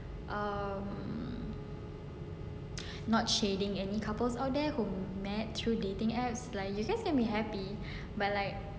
um not saying any couples out there who met through dating apps like you guys can be happy but like